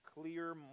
clear